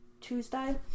Tuesday